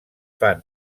fan